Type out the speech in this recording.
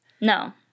No